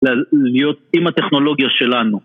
להיות עם הטכנולוגיה שלנו.